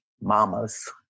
mamas